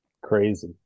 Crazy